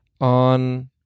on